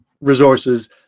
resources